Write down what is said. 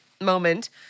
moment